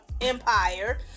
Empire